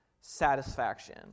satisfaction